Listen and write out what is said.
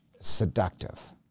seductive